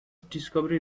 discovery